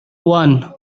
one